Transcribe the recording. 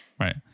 Right